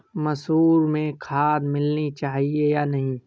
मसूर में खाद मिलनी चाहिए या नहीं?